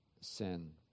sin